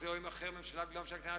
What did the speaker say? הממשלה מוציאה.